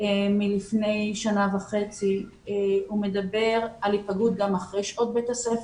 נעמה מלפני שנה וחצי מדבר על היפגעות גם אחרי שעות בית הספר.